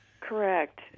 Correct